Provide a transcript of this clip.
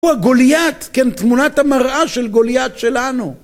הוא הגוליית, כן תמונת המראה של גוליית שלנו